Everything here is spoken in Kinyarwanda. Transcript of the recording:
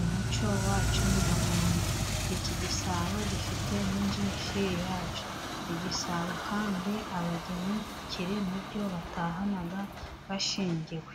umuco wacu nyarwanda， iki gisabo gifite n'injishi yacyo，igisabo kandi abageni kiri mu byo batahana bashyingiwe.